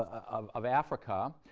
of of africa.